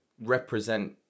represent